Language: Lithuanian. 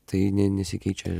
tai ne nesikeičia